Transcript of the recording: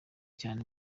cyane